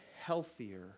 healthier